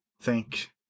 Thank